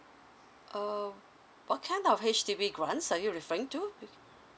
um what kind of H_D_B grants are you referring to